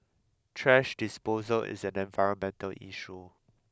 thrash disposal is an environmental issue